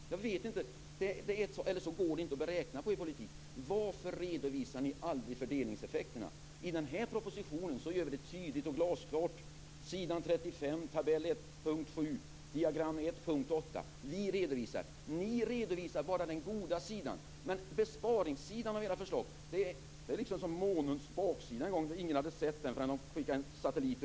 Går det inte att räkna på det i er politik? Varför redovisar ni aldrig fördelningseffekterna? I den här propositionen redovisar vi detta glasklart på s. 35, i diagram 1.7 och 1.8. Ni redovisar bara den goda sidan. Besparingssidan av era förslag är som månens baksida en gång var. Ingen hade sett den förrän man hade skickat dit en satellit.